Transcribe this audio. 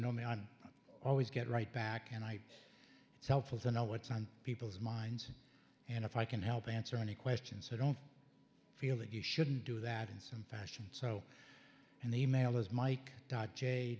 know me i'm always get right back and i it's helpful to know what's on people's minds and if i can help answer any questions so don't feel that you shouldn't do that in some fashion so and the email is mike